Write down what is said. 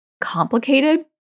complicated